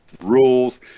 rules